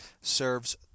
serves